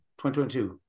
2022